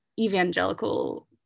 evangelical